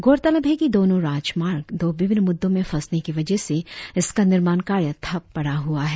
गौरतलब है कि दोनों राजमार्ग दो विभिन्न मुद्दों में फंसने के वजह से इसका निर्माण कार्य ठप्प पड़ा हुआ है